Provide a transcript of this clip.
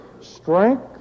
strength